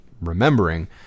remembering